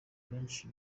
benshi